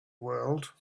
world